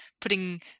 putting